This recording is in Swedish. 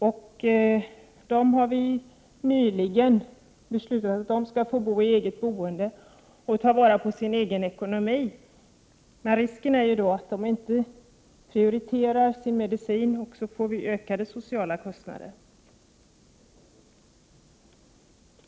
Nyligen har det beslutats att dessa skall få bo i egen lägenhet och sköta sin egen ekonomi. Risken är då att de inte prioriterar sin medicin med påföljd att vi får högre sociala kostnader.